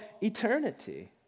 eternity